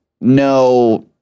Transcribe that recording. no